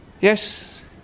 yes